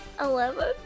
Eleven